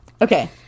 Okay